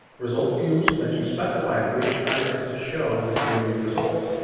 results views lets you specify which items to show when viewing results.